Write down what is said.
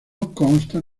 constan